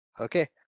Okay